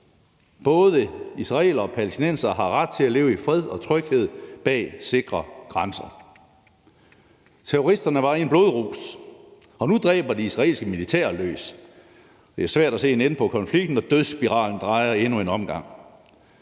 Både israelere og palæstinensere har ret til at leve i fred og tryghed bag sikre grænser. Terroristerne var i en blodrus, og nu dræber det israelske militær løs. Det er svært at se en ende på konflikten, når dødsspiralen drejer endnu en omgang.